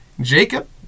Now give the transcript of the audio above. Jacob